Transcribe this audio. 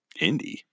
indie